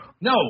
No